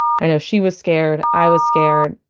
i know she was scared, i was scared.